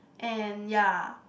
and ya